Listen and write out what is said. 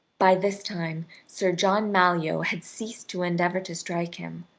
by this time sir john malyoe had ceased to endeavor to strike him,